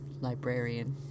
Librarian